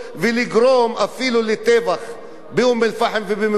אפילו לטבח באום-אל-פחם ובמקומות אחרים.